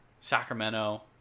Sacramento